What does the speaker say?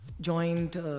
joined